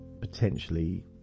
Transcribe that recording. potentially